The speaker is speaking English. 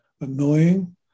annoying